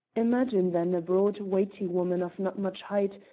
imagine, then, a broad, weighty woman of not much height,